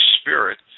Spirit